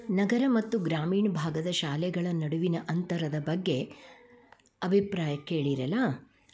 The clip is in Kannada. ನಗರ ಮತ್ತು ಗ್ರಾಮೀಣ ಭಾಗದ ಶಾಲೆಗಳ ನಡುವಿನ ಅಂತರದ ಬಗ್ಗೆ ಅಭಿಪ್ರಾಯ ಕೇಳಿರಲ್ಲ